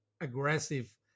aggressive